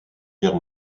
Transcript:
guerre